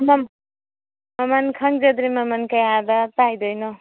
ꯃꯃꯟ ꯈꯪꯖꯗ꯭ꯔꯤ ꯃꯃꯟ ꯀꯌꯥꯗ ꯇꯥꯏꯗꯣꯏꯅꯣ